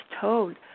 told